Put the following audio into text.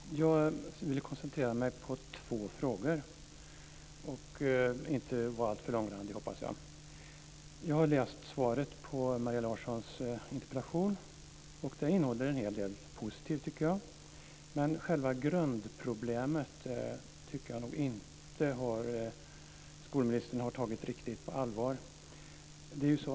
Fru talman! Jag vill koncentrera mig på två frågor och ska inte vara alltför långrandig, hoppas jag. Jag har läst svaret på Maria Larssons interpellation, och det innehåller en hel del positivt. Men själva grundproblemet har skolministern inte tagit riktigt på allvar.